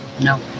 No